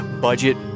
budget